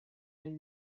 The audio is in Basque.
ari